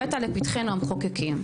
הבאת לפתחנו המחוקקים,